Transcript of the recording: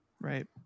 Right